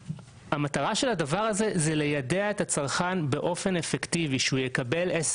המטרה של הדבר הזה היא ליידע את הצרכן באופן אפקטיבי שהוא יקבל SMS